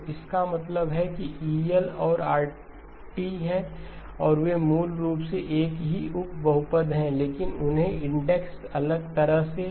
तो इसका मतलब है किEl और Rl हैं वे मूल रूप से एक ही उप बहुपद हैं लेकिन उनके इंडेक्स अलग तरह से